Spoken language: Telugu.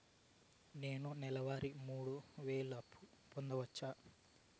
నేను నెల వారి మూడు వేలు అప్పు పొందవచ్చా?